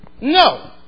No